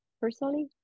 personally